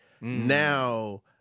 Now